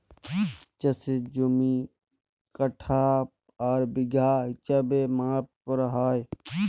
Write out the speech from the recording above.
চাষের জমি কাঠা আর বিঘা হিছাবে মাপা হ্যয়